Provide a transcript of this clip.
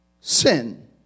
sin